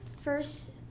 first